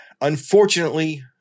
Unfortunately